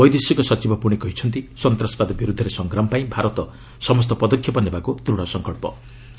ବୈଦେଶିକ ସଚିବ ପୁଣି କହିଛନ୍ତି ସନ୍ତାସବାଦ ବିର୍ଦ୍ଧରେ ସଂଗ୍ରାମ ପାଇଁ ଭାରତ ସମସ୍ତ ପଦକ୍ଷେପ ନେବାକୃ ଦୂଢ଼ ସଂକଳ୍ପ ରହିଛି